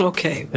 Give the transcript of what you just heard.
Okay